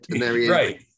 Right